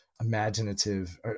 imaginative